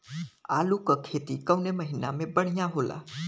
आलू क खेती कवने महीना में बढ़ियां होला?